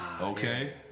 Okay